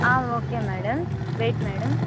okay madam wait madam